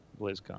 BlizzCon